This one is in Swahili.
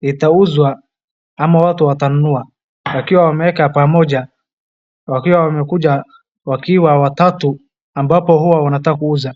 itauzwa ama watu watanunua wakiwa wameweka pamoja, wakiwa wamekuja wakiwa watatu ambapo huwa wanataka kuuza.